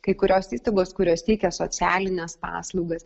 kai kurios įstaigos kurios teikia socialines paslaugas